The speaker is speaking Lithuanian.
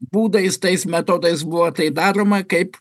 būdais tais metodais buvo tai daroma kaip